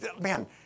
man